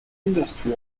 industry